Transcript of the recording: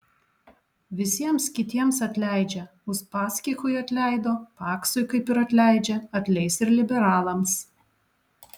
visiems kitiems atleidžia uspaskichui atleido paksui kaip ir atleidžia atleis ir liberalams